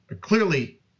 clearly